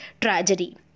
tragedy